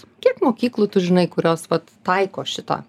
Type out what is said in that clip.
kiek mokyklų tu žinai kurios vat taiko šitą